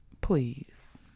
please